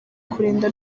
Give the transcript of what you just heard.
kurinda